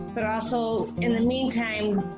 but also, in the meantime,